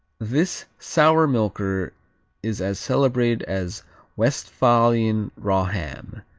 this sour-milker is as celebrated as westphalian raw ham.